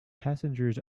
passengers